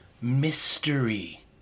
mystery